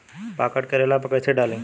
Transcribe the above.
Pocket करेला पर कैसे डाली?